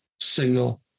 single